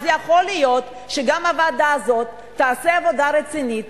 אז יכול להיות שגם הוועדה הזאת תעשה עבודה רצינית,